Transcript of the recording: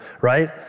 right